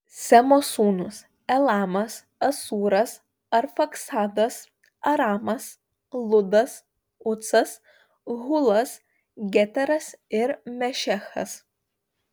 semo sūnūs elamas asūras arfaksadas aramas ludas ucas hulas geteras ir mešechas